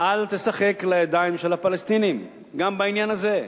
אדוני היושב-ראש: אל תשחק לידיים של הפלסטינים גם בעניין הזה.